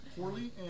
poorly